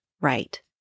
right